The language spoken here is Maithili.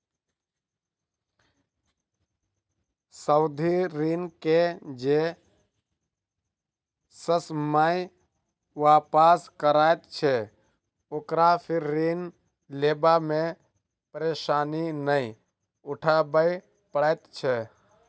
सावधि ऋण के जे ससमय वापस करैत छै, ओकरा फेर ऋण लेबा मे परेशानी नै उठाबय पड़ैत छै